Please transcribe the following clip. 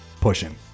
pushing